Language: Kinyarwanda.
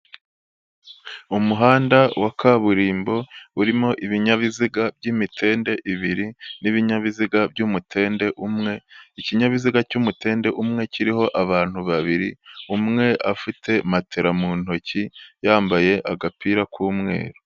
Umuhanda wa kaburimbo urimo ibinyabiziga by'imitende ibiri n'ibinyabiziga by'umutende umwe, ikinyabiziga cy'umutende umwe kiriho abantu babiri, umwe afite matera mu ntoki yambaye agapira k'umweru.